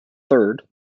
third